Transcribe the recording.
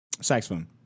Saxophone